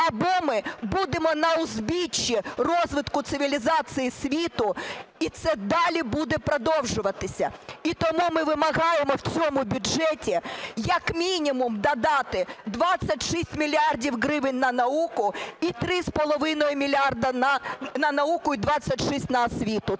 або ми будемо на узбіччі розвитку цивілізації світу, і це далі буде продовжуватися. І тому ми вимагаємо в цьому бюджеті як мінімум додати 26 мільярдів гривень на науку і… 3,5 мільярда на науку і 26 – на освіту.